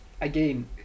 again